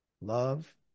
Love